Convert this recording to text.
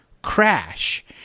crash